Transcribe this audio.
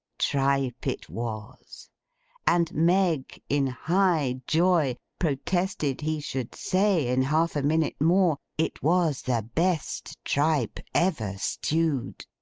tripe it was and meg, in high joy, protested he should say, in half a minute more, it was the best tripe ever stewed.